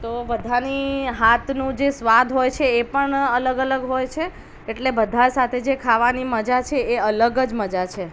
તો બધાની હાથનો જે સ્વાદ હોય છે એ પણ અલગ અલગ હોય છે એટલે બધા સાથે જે ખાવાની મજા છે એ અલગ જ મજા છે